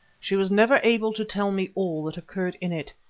she was never able to tell me all that occurred in it.